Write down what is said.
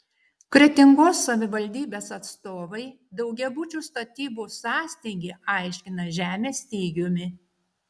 kretingos savivaldybės atstovai daugiabučių statybų sąstingį aiškina žemės stygiumi